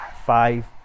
five